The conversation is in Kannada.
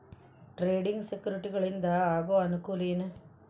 ಟ್ರೇಡಿಂಗ್ ಸೆಕ್ಯುರಿಟಿಗಳಿಂದ ಆಗೋ ಅನುಕೂಲ ಏನ